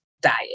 diet